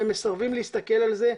והם מסרבים להסתכל על זה,